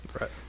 right